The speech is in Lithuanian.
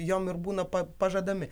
jom ir būna pa pažadami